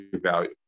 value